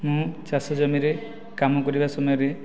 ମୁଁ ଚାଷି ଜମିରେ କାମ କରିବା ସମୟରେ